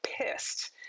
pissed